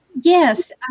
Yes